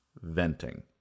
venting